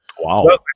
wow